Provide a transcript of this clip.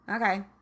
okay